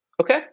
Okay